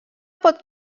pot